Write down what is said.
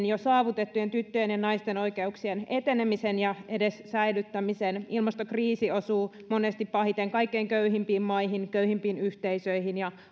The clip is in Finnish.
jo saavutettujen tyttöjen ja naisten oikeuksien etenemisen ja edes säilyttämisen ilmastokriisi osuu monesti pahiten kaikkein köyhimpiin maihin köyhimpiin yhteisöihin ja